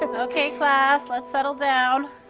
ah okay, class, let's settle down.